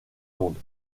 monde